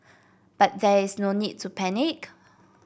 but there is no need to panic